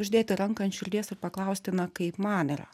uždėti ranką ant širdies ir paklausti na kaip man yra